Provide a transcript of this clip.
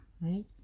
right